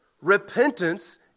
repentance